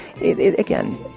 Again